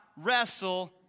wrestle